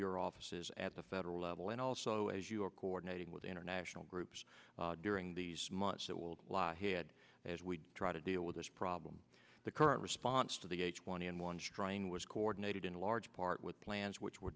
your offices at the federal level and also as you are coordinating with international groups during these months that will lie ahead as we try to deal with this problem the current response to the h one n one strain was coordinated in a law part with plans which were